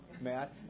Matt